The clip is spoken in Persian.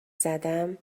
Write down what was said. زدم